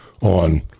on